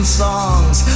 songs